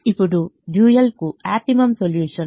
ఇప్పుడుడ్యూయల్కు optimum solution Y1 2 కాబట్టి Y1u1 0